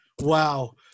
Wow